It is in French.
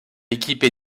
équipée